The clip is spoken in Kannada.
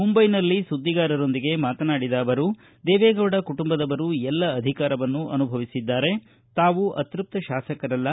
ಮುಂದೈನಲ್ಲಿ ಸುದ್ದಿಗಾರರೊಂದಿಗೆ ಮಾತನಾಡಿದ ಅವರು ದೇವೇಗೌಡ ಕುಟುಂಬದವರು ಎಲ್ಲ ಅಧಿಕಾರವನ್ನು ಅನುಭವಿಸಿದ್ದಾರೆ ತಾವು ಅತೃಪ್ತ ಶಾಸಕರಲ್ಲ